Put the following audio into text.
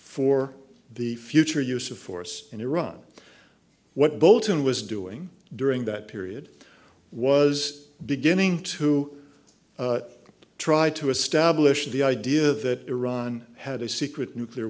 for the future use of force in iran what bolton was doing during that period was beginning to try to establish the idea that iran had a secret nuclear